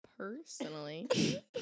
Personally